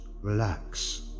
relax